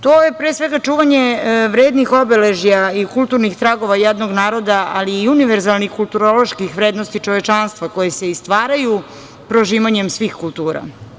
To je, pre svega, čuvanje vrednih obeležja i kulturnih tragova jednog naroda, ali i univerzalnih kulturoloških vrednosti čovečanstva koje se i stvaraju prožimanjem svih kultura.